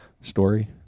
story